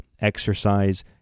exercise